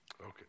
Okay